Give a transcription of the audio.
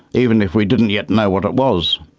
even if we didn't yet know what it was.